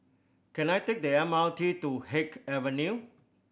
can I take the M R T to Haig Avenue